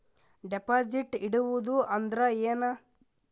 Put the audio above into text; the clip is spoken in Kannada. ಡೆಪಾಜಿಟ್ ಇಡುವುದು ಅಂದ್ರ ಏನ?